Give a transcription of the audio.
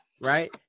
Right